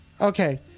Okay